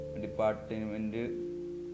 department